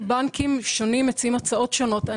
בנקים שונים מציעים הצעות שונות.